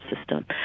system